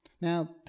Now